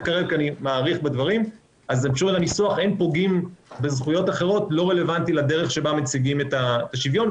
"אין פוגעים בזכויות אחרות" לא רלוונטי לדרך שבה מציגים את השוויון,